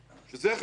שזו חלוקה פוליטית,